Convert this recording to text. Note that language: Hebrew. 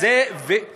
זאת האמת, אבל.